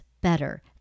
better